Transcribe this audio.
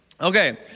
Okay